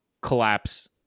collapse